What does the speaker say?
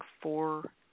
four